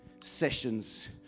sessions